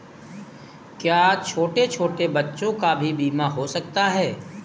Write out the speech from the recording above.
क्या छोटे छोटे बच्चों का भी बीमा हो सकता है?